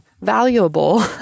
valuable